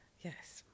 Yes